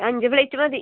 അഞ്ച് പ്ലേറ്റ് മതി